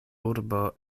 urbo